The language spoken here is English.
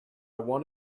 want